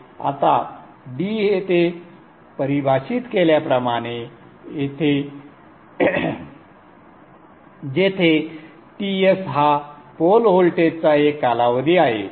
आता d येथे परिभाषित केल्याप्रमाणे जेथे Ts हा पोल व्होल्टेजचा एक कालावधी आहे